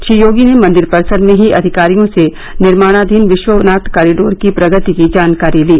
श्री योगी ने मंदिर परिसर में ही अधिकारियों से निर्माणाधीन विश्वनाथ कॉरिडोर की प्रगति की जानकारी ली